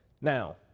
Now